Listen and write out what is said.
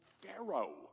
Pharaoh